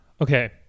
okay